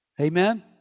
Amen